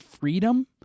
freedom